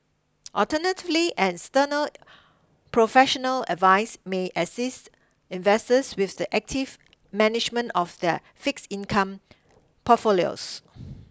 alternatively an external professional advise may assist investors with the active management of their fixed income portfolios